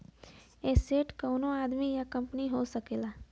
asset कउनो आदमी या कंपनी हो सकला